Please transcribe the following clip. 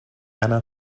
anna